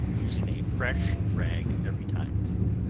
using a fresh rag every time.